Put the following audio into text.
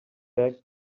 back